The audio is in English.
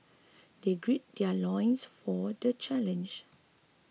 they gird their loins for the challenge